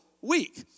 week